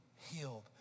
healed